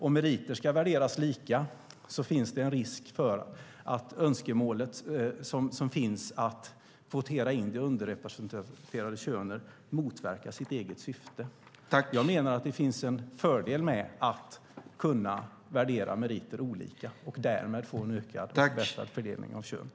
Om meriter ska värderas lika finns det en risk för att önskemålet att kvotera in det underrepresenterade könet motverkar sitt eget syfte. Jag menar att det finns en fördel med att kunna värdera meriter olika och därmed få en jämnare fördelning mellan könen.